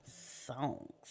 songs